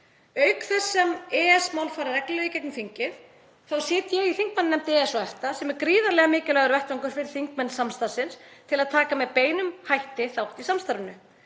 Auk þess sem EES-mál fara reglulega hér í gegnum þingið þá sit ég í þingmannanefnd EES og EFTA sem er gríðarlega mikilvægur vettvangur fyrir þingmenn samstarfsins til að taka með beinum hætti þátt í samstarfinu.